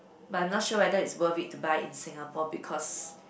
but I'm not sure whether it's worth it to buy in Singapore because